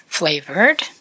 flavored